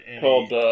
Called